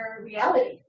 reality